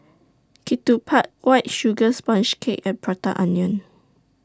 Ketupat White Sugar Sponge Cake and Prata Onion